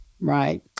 right